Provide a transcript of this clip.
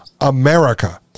America